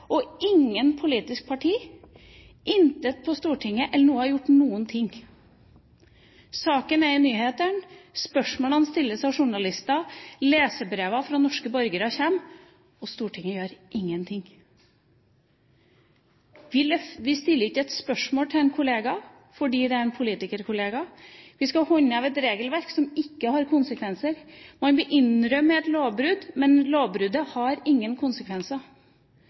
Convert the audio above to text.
gjort noen ting. Saken er i nyhetene, spørsmålene stilles av journalister, leserbrev fra norske borgere kommer – og Stortinget gjør ingenting. Vi stiller ikke et spørsmål til en kollega, fordi det er en politikerkollega. Vi skal håndheve et regelverk som ikke har konsekvenser. Man innrømmer et lovbrudd, men lovbruddet har ingen konsekvenser.